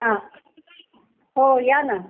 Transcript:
हां हो या ना